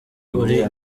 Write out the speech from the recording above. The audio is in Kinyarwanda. uri